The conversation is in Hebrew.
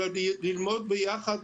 אלא ללמוד ביחד.